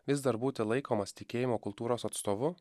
vis dar būti laikomas tikėjimo kultūros atstovu